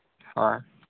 ᱦᱳᱭ